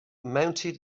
mounted